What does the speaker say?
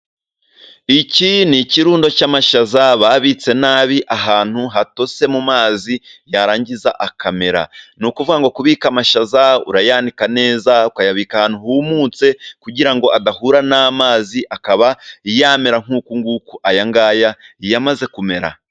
Iki ni ikirundo cy'amashaza babitse nabi, ahantu hatose mu mazi yarangiza akamera. Ni ukuvuga kubika amashaza urayanika neza, ukayabika ahantu humutse kugira ngo adahura n'amazi, akaba yamera nk'uku nguku aya ngaya yamaze kumera.